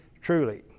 truly